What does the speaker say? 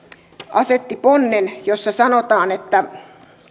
asetti ponnen jossa sanotaan